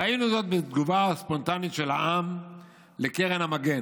ראינו זאת בתגובה הספונטנית של העם לקרן המגן.